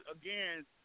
Again